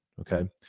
okay